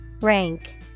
Rank